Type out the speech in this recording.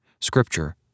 Scripture